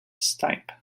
stipe